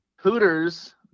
hooters